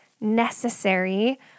necessary